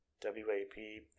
W-A-P